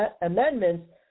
amendments